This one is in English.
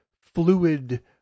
fluid